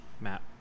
map